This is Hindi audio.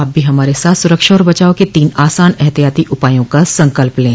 आप भी हमारे साथ सुरक्षा और बचाव के तीन आसान एहतियाती उपायों का संकल्प लें